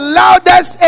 loudest